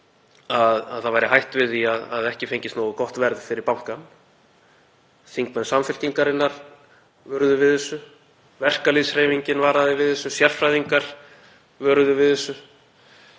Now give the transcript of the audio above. að hætt væri við því að ekki fengist nógu gott verð fyrir bankann. Þingmenn Samfylkingarinnar vöruðu við þessu. Verkalýðshreyfingin varaði við þessu. Sérfræðingar vöruðu við þessu.